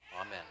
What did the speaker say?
Amen